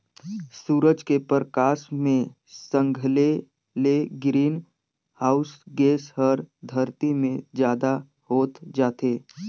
सूरज के परकास मे संघले ले ग्रीन हाऊस गेस हर धरती मे जादा होत जाथे